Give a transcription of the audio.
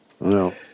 No